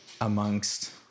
amongst